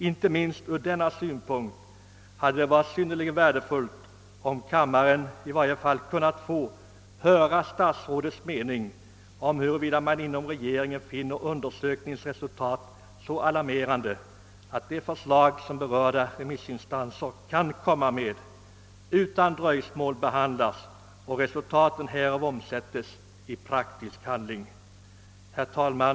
Det hade ur denna synpunkt varit synnerligen värdefullt om kammaren i varje fall kunnat få höra statsrådets mening om huruvida man inom regeringen finner undersökningens resultat så alarmerande att de förslag som berörda remissinstanser kan komma att framlägga behandlas utan dröjsmål och resultatet sedan omsätts i praktisk handling. Herr talman!